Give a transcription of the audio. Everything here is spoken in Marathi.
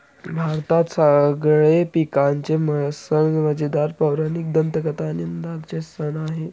भारतात सगळे पिकांचे सण मजेदार, पौराणिक दंतकथा आणि आनंदाचे सण आहे